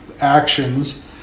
actions